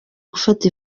gufata